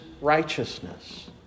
righteousness